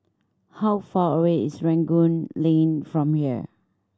how far away is Rangoon Lane from here